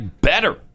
better